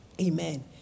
Amen